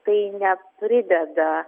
tai neprideda